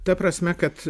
ta prasme kad